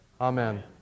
Amen